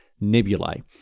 nebulae